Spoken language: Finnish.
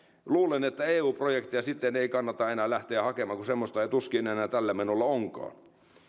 luulen että eu projekteja sitten ei kannata enää lähteä hakemaan kun semmoista tuskin enää tällä menolla onkaan